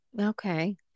Okay